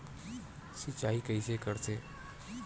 सिंचाई कइसे करथे?